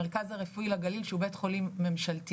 המרכז הרפואי לגליל שהוא בית חולים ממשלתי